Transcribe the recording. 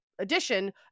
addition